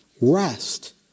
rest